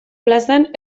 plazan